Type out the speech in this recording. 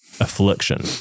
affliction